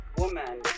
woman